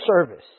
service